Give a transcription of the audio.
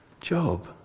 Job